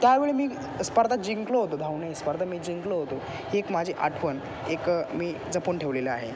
त्यावेळी मी स्पर्धा जिंकलो होतो धावणे ही स्पर्धा मी जिंकलो होतो ही एक माझी आठवण एक मी जपून ठेवलेली आहे